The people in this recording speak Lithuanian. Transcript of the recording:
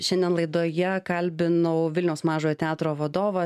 šiandien laidoje kalbinau vilniaus mažojo teatro vadovą